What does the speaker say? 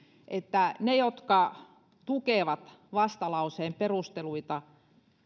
että ne jotka tukevat vastalauseen perusteluita